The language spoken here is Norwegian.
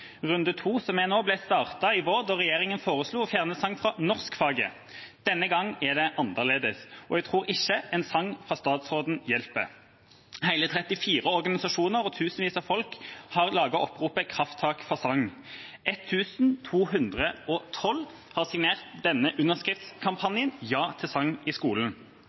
Runde to ble startet i vår, da regjeringa foreslo å fjerne sang fra norskfaget. Denne gang er det annerledes, og jeg tror ikke en sang fra statsråden hjelper. Hele 34 organisasjoner og tusenvis av folk har laget oppropet «Krafttak for sang». 1 212 har signert underskriftskampanjen «Ja til sang i skolen».